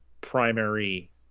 primary